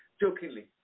Jokingly